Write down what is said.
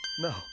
No